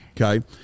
Okay